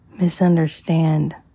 misunderstand